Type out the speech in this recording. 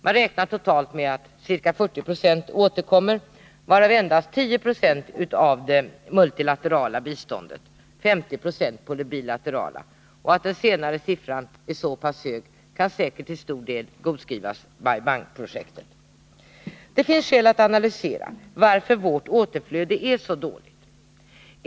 Man räknar totalt med att ca 40 96 återkommer, varav endast 10 96 av det multilaterala biståndet och 50 960 av det bilaterala. Att den senare siffran är så pass hög kan säkert till stor del gottskrivas Bai Bang-projektet. Det finns skäl att analysera varför vårt återflöde är så dåligt.